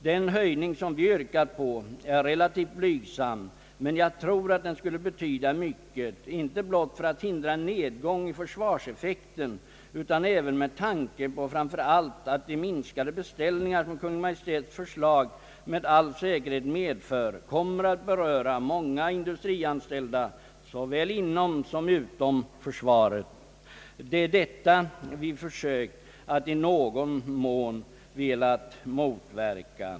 Den höjning som vi yrkat på är relativt blygsam, men jag tror att den skulle betyda mycket icke blott för att hindra en nedgång i försvarseffekten utan även med tanke på framför allt att de minskade beställningar som Kungl. Maj:ts förslag med all säkerhet medför kommer att beröra många industrianställda såväl inom som utom försvaret. Det är detta vi försökt att i någon mån motverka.